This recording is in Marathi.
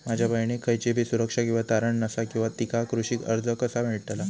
माझ्या बहिणीक खयचीबी सुरक्षा किंवा तारण नसा तिका कृषी कर्ज कसा मेळतल?